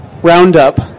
Roundup